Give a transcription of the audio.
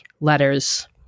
letters